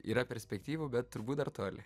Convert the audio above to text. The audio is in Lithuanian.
yra perspektyvų bet turbūt dar toli